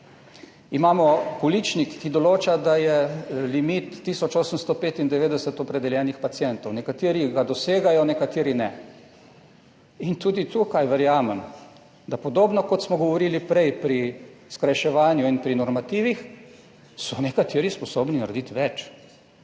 Imamo količnik, ki določa, da je limit tisoč 895 opredeljenih pacientov. Nekateri ga dosegajo, nekateri ne. In tudi tukaj verjamem, da podobno kot smo govorili prej pri skrajševanju in pri normativih so nekateri sposobni narediti več.